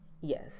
yes